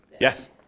Yes